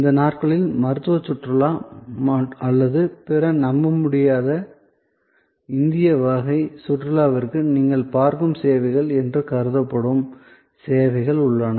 இந்த நாட்களில் மருத்துவ சுற்றுலா அல்லது பிற நம்பமுடியாத இந்திய வகை சுற்றுலாவிற்கு நீங்கள் பார்க்கும் சேவைகள் என்று கருதப்படும் சேவைகள் உள்ளன